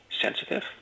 sensitive